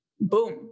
boom